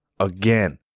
Again